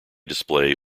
display